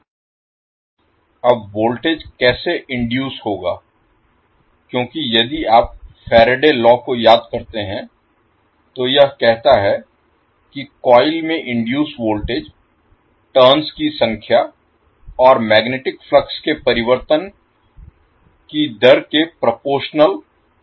अब वोल्टेज कैसे इनडुइस होगा क्योंकि यदि आप फैराडे लॉ को याद करते हैं तो यह कहता है कि कॉइल में इनडुइस वोल्टेज टर्न्स की संख्या और मैग्नेटिक फ्लक्स के परिवर्तन की दर के प्रोपोरशनल Proportional समानुपाती होता है